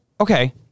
Okay